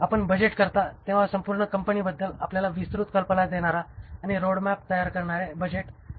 आपण बजेट करता तेव्हा संपूर्ण कंपनीबद्दल आपल्याला विस्तृत कल्पना देणारा आणि रोडमॅप तयार करणारे बजेट तयार करतो